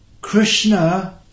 Krishna